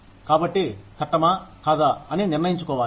కాబట్టి చట్టమా కాదా అని నిర్ణయించుకోవాలి